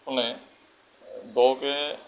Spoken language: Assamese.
খনে দকৈ